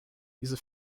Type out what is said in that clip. diese